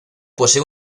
posee